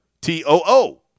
T-O-O